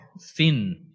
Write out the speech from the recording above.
thin